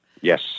Yes